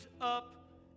up